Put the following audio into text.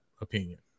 opinion